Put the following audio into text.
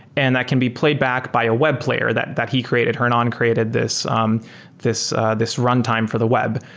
and that can be played back by a web player that that he created. hernan created this um this this runtime for the web.